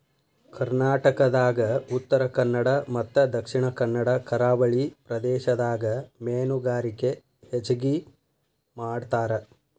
ಕರ್ನಾಟಕದಾಗ ಉತ್ತರಕನ್ನಡ ಮತ್ತ ದಕ್ಷಿಣ ಕನ್ನಡ ಕರಾವಳಿ ಪ್ರದೇಶದಾಗ ಮೇನುಗಾರಿಕೆ ಹೆಚಗಿ ಮಾಡ್ತಾರ